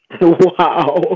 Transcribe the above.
Wow